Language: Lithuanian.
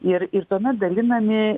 ir ir tuomet dalinami